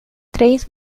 três